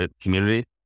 community